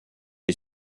est